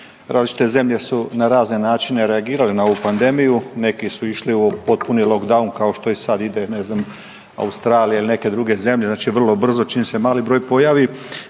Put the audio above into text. Različite zemlje su na razne načine reagirale na ovu pandemiju. Neke su išli u potpuni lockdown kao što i sada ide ne znam Australija ili neke druge zemlje znači vrlo brzo čim se mali broj pojavi.